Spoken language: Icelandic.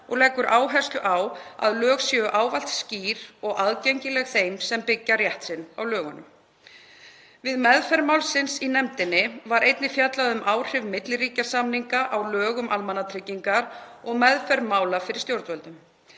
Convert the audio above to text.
og leggur áherslu á að lög séu ávallt skýr og aðgengileg þeim sem byggja rétt sinn á lögunum. Við meðferð málsins í nefndinni var einnig fjallað um áhrif milliríkjasamninga á lög um almannatryggingar og meðferð mála fyrir stjórnvöldum.